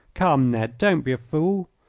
come, ned, don't be a fool.